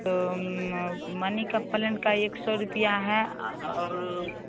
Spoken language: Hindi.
तो मनी का पलाट का एक सौ रुपये है और